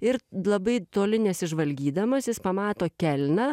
ir labai toli nesižvalgydamas jis pamato kelną